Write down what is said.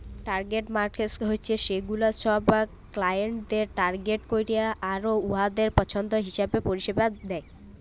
target markets ছেগুলা ছব ক্লায়েন্টদের টার্গেট ক্যরে আর উয়াদের পছল্দ হিঁছাবে পরিছেবা দেয়